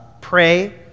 pray